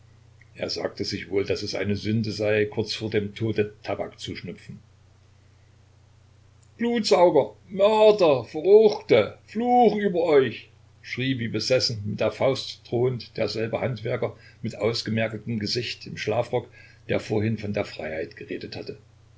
er sagte sich wohl daß es eine sünde sei kurz vor dem tode tabak zu schnupfen blutsauger mörder verruchte fluch über euch schrie wie besessen mit der faust drohend derselbe handwerker mit ausgemergeltem gesicht im schlafrock der vorhin von der freiheit geredet hatte